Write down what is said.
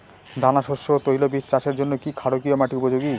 দানাশস্য ও তৈলবীজ চাষের জন্য কি ক্ষারকীয় মাটি উপযোগী?